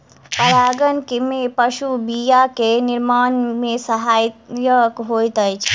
परागन में पशु बीया के निर्माण में सहायक होइत अछि